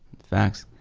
facts.